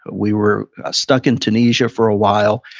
we were stuck in tunisia for a while.